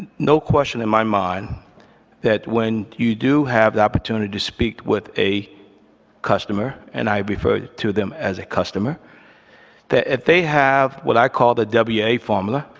no question in my mind that when you do have the opportunity to speak with a customer and i refer to them as a customer that if they have what i call a w a a formula,